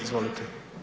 Izvolite.